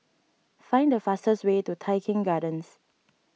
find the fastest way to Tai Keng Gardens